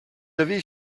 avez